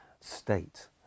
state